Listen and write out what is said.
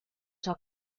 ciò